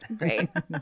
right